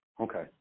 okay